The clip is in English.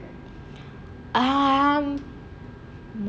um